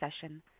session